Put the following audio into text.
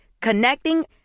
Connecting